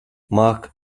mark